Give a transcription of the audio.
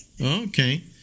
Okay